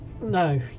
No